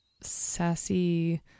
sassy